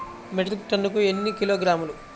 Metric టన్నుకు ఎన్ని కిలోగ్రాములు?